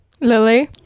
Lily